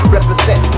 Represent